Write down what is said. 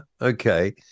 Okay